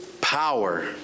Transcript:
power